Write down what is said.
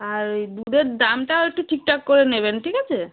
আর ওই দুধের দামটাও একটু ঠিকঠাক করে নেবেন ঠিক আছে